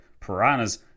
piranhas